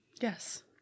Yes